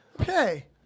Okay